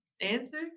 answer